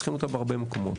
צריכים אותה בהרבה מקומות.